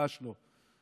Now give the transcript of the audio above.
ממש לא.